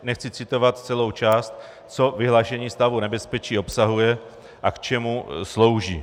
Nechci citovat celou část, co vyhlášení stavu nebezpečí obsahuje a k čemu slouží.